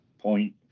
point